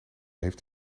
heeft